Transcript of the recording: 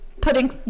putting